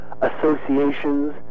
associations